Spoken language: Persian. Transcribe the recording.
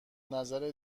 نظر